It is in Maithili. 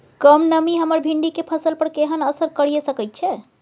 कम नमी हमर भिंडी के फसल पर केहन असर करिये सकेत छै?